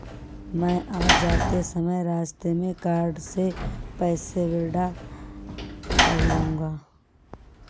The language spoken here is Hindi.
मैं आज जाते समय रास्ते में कार्ड से पैसे विड्रा कर लूंगा